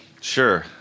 Sure